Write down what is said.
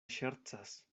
ŝercas